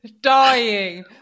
dying